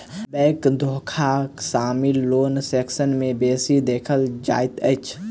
bank धोखाक मामिला loan section मे बेसी देखल जाइत अछि